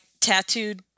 tattooed